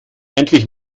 endlich